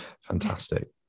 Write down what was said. fantastic